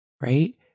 right